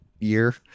year